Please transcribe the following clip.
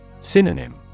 Synonym